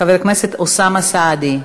חבר הכנסת אוסאמה סעדי,